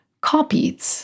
copied